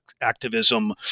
activism